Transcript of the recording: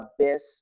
abyss